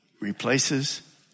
replaces